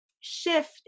shift